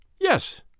Yes